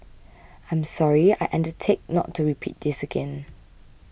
I'm sorry I undertake not to repeat this again